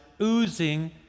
oozing